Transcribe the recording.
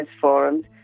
forums